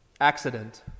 accident